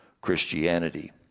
Christianity